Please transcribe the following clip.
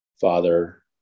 father